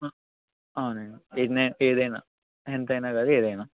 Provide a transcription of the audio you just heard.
అవునండి ఇంతే ఏదన్న ఎంతైనా కాదు ఏదన్న